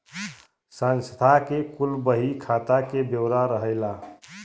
संस्था के कुल बही खाता के ब्योरा रहेला